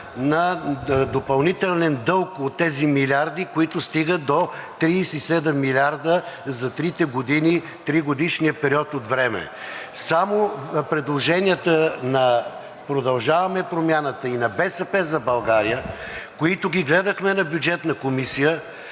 на допълнителен дълг от тези милиарди, които стигат до 37 милиарда, за трите години, тригодишния период от време. Само предложенията на „Продължаваме Промяната“ и на „БСП за България“, които ги гледахме на Бюджетна комисия,